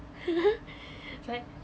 like